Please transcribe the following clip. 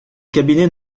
cabinet